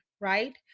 right